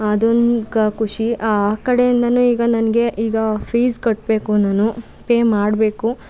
ಅದೊಂದು ಕ ಖುಷಿ ಆ ಕಡೆಯಿಂದಾ ಈಗ ನನಗೆ ಈಗ ಫೀಸ್ ಕಟ್ಟಬೇಕು ನಾನು ಪೇ ಮಾಡಬೇಕು